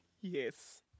Yes